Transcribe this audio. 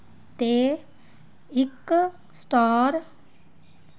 ते इक स्टार